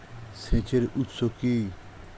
সেচের উৎস কি?